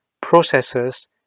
processes